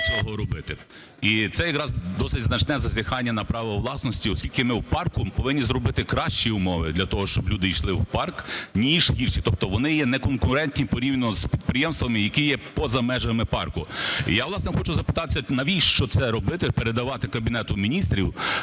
І це якраз досить значне зазіхання на право власності, оскільки ми в парку повинні зробити кращі умови для того, щоб люди йшли в парк, ніж інші. Тобто вони є неконкурентні порівняно з підприємствами, які є поза межами парку. Я, власне, хочу запитати, навіщо це робити - передавати Кабінету Міністрів,